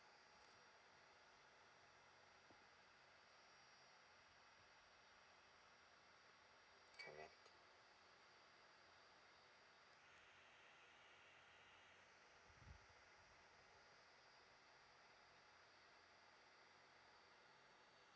correct